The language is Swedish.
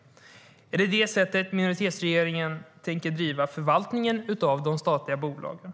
Är det på det sättet som minoritetsregeringen tänker driva förvaltningen av de statliga bolagen?